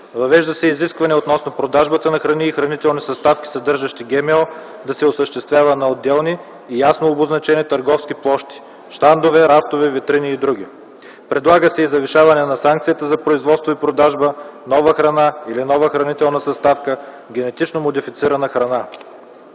Въвежда се изискване относно продажбата на храни и хранителни съставки, съдържащи ГМО да се осъществява на отделни и ясно обозначени търговски площи (щандове, рафтове, витрини и др.). Предлага се и завишаване на санкцията за производство и продажба нова храна или нова хранителна съставка, генетично модифицирана храна.